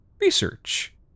research